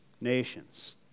nations